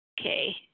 Okay